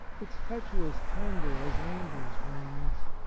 its touch was tender as angels' wings.